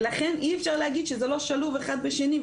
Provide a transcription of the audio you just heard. ולכן אי אפשר להגיד שזה לא שלוב אחד בשני,